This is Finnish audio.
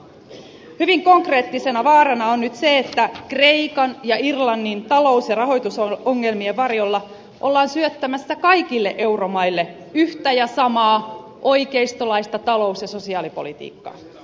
hyvin konkreettisena vaarana on nyt se että kreikan ja irlannin talous ja rahoitusongelmien varjolla ollaan syöttämässä kaikille euromaille yhtä ja samaa oikeistolaista talous ja sosiaalipolitiikkaa